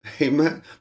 Amen